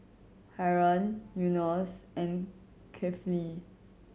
Haron Yunos and Kefli